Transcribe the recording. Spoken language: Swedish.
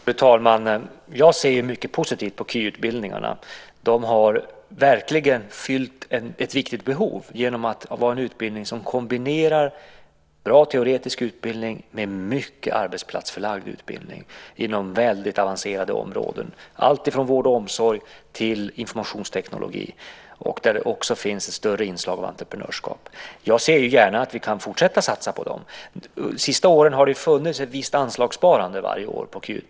Fru talman! Jag ser mycket positivt på de kvalificerade yrkesutbildningarna. De har verkligen fyllt ett stort behov genom att det är en utbildning som kombinerar en bra teoretisk utbildning med mycket arbetsplatsförlagd utbildning inom väldigt avancerade områden - alltifrån vård och omsorg till informationsteknik och också där det finns ett större inslag av entreprenörskap. Jag ser gärna att vi kan fortsätta att satsa på dessa utbildningar. Under de senaste åren har det varje år funnits ett visst anslagssparande på KY.